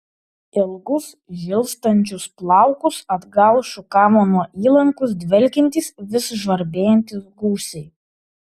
ilgus žilstančius plaukus atgal šukavo nuo įlankos dvelkiantys vis žvarbėjantys gūsiai